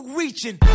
reaching